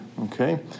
okay